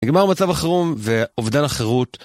נגמר מצב החרום ואובדן החירות.